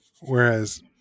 Whereas